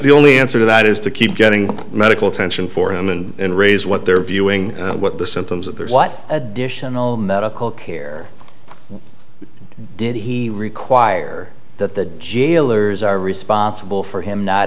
the only answer to that is to keep getting medical attention for him and raise what they're viewing what the symptoms of what additional medical care did he require that the jailers are responsible for him not